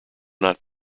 not